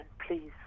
please